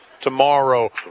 Tomorrow